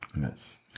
Yes